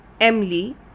Emily